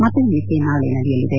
ಮತಎಣಿಕೆ ನಾಳೆ ನಡೆಯಲಿದೆ